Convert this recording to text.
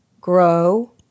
grow